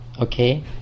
Okay